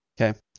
okay